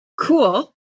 Cool